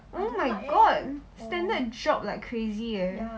oh my god standard drop like crazy eh